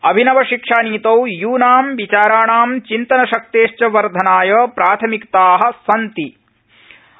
अभिनवशिक्षानीतौ यूनां विचाराणां चिन्तनशक्तेश्च वर्धनाय प्राथमिकता सन्ति उपकल्पिता